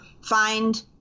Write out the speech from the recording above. find